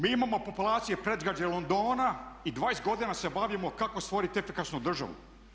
Mi imao populacije predgrađe Londona i 20 godina se bavimo kako stvoriti efikasnu državu?